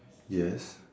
yes